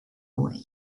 away